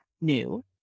new